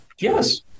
Yes